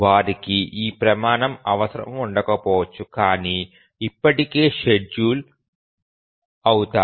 వారికి ఈ ప్రమాణం అవసరం ఉండకపోవచ్చు కాని ఇప్పటికీ షెడ్యూల్ అవుతాయి